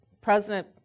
president